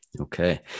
Okay